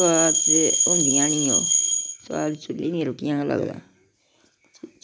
सोआद ते होंदियां निं ओह् सोआद चुल्ली दी रुट्टियें दा लगदा